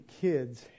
kids